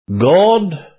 God